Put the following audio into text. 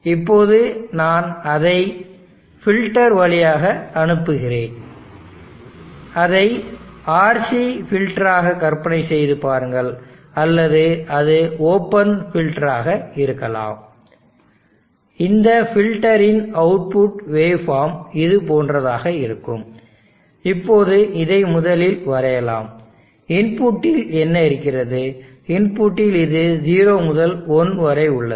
இப்போது நான் அதை ஃபில்டர் வழியாக அனுப்புகிறேன் அதை RC ஃபில்டர் ஆக கற்பனை செய்து பாருங்கள் அல்லது அது ஓபன் ஃபில்டர் ஆக இருக்கலாம் இந்த ஃபில்டரின் அவுட்புட் வேவ் ஃபார்ம் இதுபோன்றதாக இருக்கும் இப்போது இதை முதலில் வரையலாம் இன்புட்டில் என்ன இருக்கிறது இன்புட்டில் இது 0 முதல் 1 வரை உள்ளது